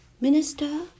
Minister